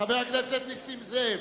חבר הכנסת נסים זאב?